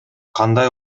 кандай